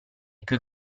coi